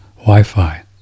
Wi-Fi